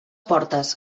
portes